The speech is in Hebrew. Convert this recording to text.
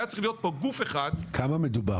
היה צריך להיות פה גוף אחד --- על כמה מדובר?